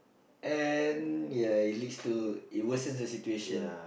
and ya it leads to it worsens the situation